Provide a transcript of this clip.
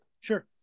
Sure